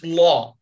law